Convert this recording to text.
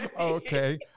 Okay